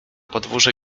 podwórze